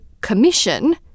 Commission